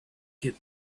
get